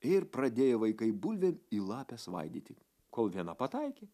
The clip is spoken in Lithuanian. ir pradėjo vaikai bulvėm į lapę svaidyti kol viena pataikė